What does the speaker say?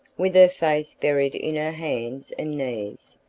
with her face buried in her hands and knees,